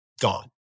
gone